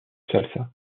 salsa